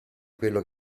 quello